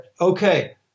Okay